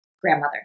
grandmother